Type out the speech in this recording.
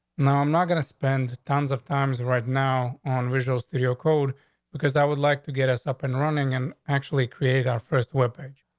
no, i'm not gonna spend tons of times right now on visual studio code because i would like to get us up and running and actually create our first weapon.